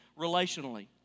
relationally